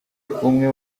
umwe